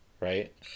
right